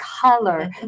color